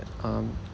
um